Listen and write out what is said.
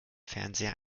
fernseher